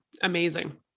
Amazing